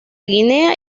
guinea